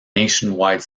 nationwide